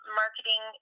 marketing